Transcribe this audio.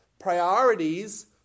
Priorities